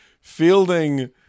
fielding